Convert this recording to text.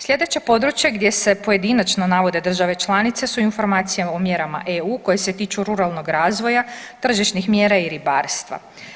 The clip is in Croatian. Sljedeće područje gdje se pojedinačno navode države članice su informacije o mjerama EU koje se tiču ruralnog razvoja, tržišnih mjera i ribarstva.